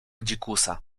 dzikusa